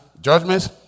judgments